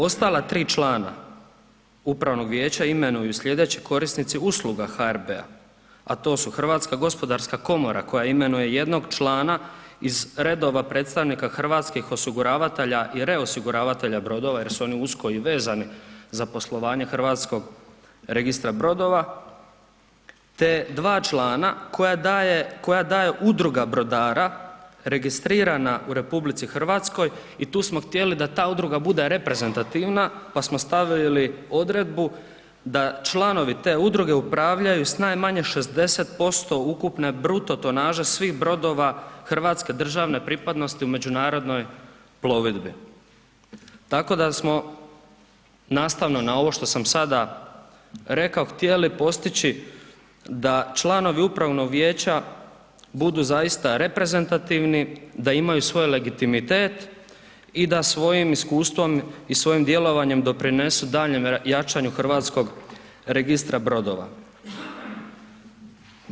Ostala 3 člana upravnog vijeća imenuju slijedeći korisnici usluga HRB, a to su HGK koja imenuje jednog člana iz redova predstavnika hrvatskih osiguravatelja i reosiguravatelja brodova jer su oni usko i vezani za poslovanje HRB-a, te 2 člana koja daje, koja daje udruga brodara registrirana u RH i tu smo htjeli da ta udruga bude reprezentativna, pa smo stavili odredbu da članovi te udruge upravljaju s najmanje 60% ukupne bruto tonaže svih brodova hrvatske državne pripadnosti u međunarodnoj plovidbi, tako da smo, nastavno na ovo što sam sada rekao, htjeli postići da članovi upravnog vijeća budu zaista reprezentativni, da imaju svoj legitimitet i da svojim iskustvom i svojim djelovanjem doprinesu daljnjem jačanju HRB-a.